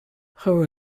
her